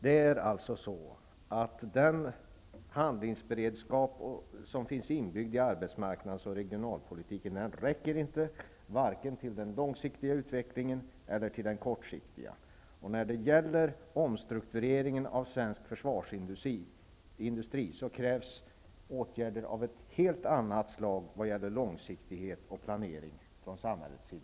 Det är alltså så att den handlingsberedskap som finns inbyggd i arbetsmarknads och regionalpolitiken inte räcker, varken till den långsiktiga eller till den kortsiktiga utvecklingen, och när det gäller omstruktureringen av svensk försvarsindustri krävs åtgärder av ett helt annat slag i fråga om långsiktighet och planering från samhällets sida.